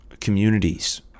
communities